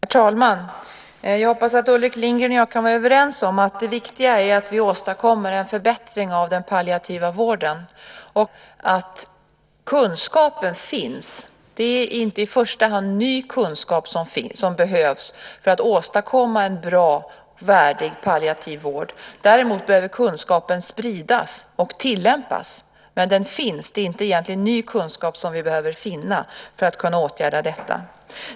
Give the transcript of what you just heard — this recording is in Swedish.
Herr talman! Jag hoppas att Ulrik Lindgren och jag kan vara överens om att det viktiga är att vi åstadkommer en förbättring av den palliativa vården. Min bedömning är att kunskapen finns. Det är inte i första hand ny kunskap som behövs för att åstadkomma en bra, värdig palliativ vård. Däremot behöver kunskapen spridas och tillämpas, men den finns. Det är egentligen inte ny kunskap som vi behöver finna för att kunna åtgärda detta.